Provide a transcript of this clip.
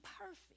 perfect